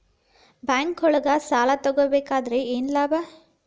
ಬ್ಯಾಂಕ್ನೊಳಗ್ ಸಾಲ ತಗೊಬೇಕಾದ್ರೆ ಏನ್ ಲಾಭ?